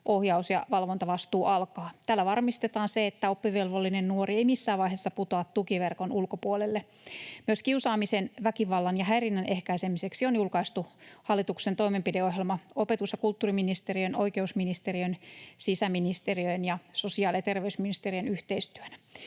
ohjaus‑ ja valvontavastuu alkaa. Tällä varmistetaan se, että oppivelvollinen nuori ei missään vaiheessa putoa tukiverkon ulkopuolelle. Myös kiusaamisen, väkivallan ja häirinnän ehkäisemiseksi on julkaistu hallituksen toimenpideohjelma opetus‑ ja kulttuuriministeriön, oikeusministeriön, sisäministeriön ja sosiaali‑ ja terveysministeriön yhteistyönä.